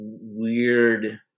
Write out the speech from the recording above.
weird